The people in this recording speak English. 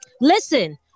listen